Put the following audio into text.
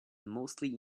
mostly